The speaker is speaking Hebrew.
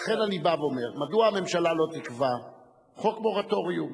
לכן אני בא ואומר: מדוע הממשלה לא תקבע חוק מורטוריום?